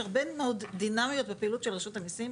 יש הרבה מאוד דינמיות בפעילות של רשות המיסים.